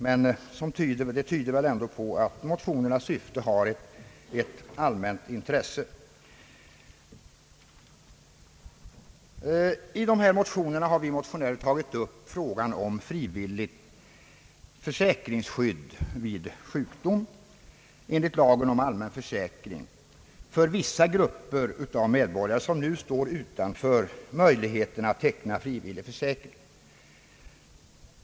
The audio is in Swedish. Det tyder emellertid på att motionerna har ett allmänt intresse. Vi motionärer har tagit upp frågan om frivilligt försäkringsskydd vid sjukdom, enligt lagen om allmän försäkring, för vissa grupper av medborgare som nu står utan möjlighet att teckna frivillig försäkring.